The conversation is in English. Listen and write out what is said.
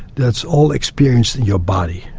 that's all experienced in your body.